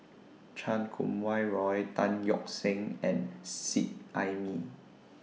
Chan Kum Wah Roy Tan Yeok Seong and Seet Ai Mee